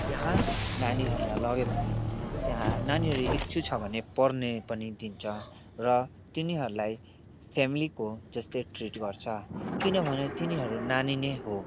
त्यहाँ नानीहरूलाई लग्यो भने त्यहाँ नानीहरू इच्छुक छ भने पढ्नु पनि दिन्छ र तिनीहरूलाई फ्यामिलीको जस्तै ट्रिट गर्छ किनभने तिनीहरू नानी नै हो